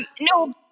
No